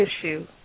issue